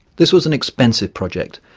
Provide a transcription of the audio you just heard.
this was an expensive project,